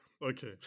Okay